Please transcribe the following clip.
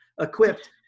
equipped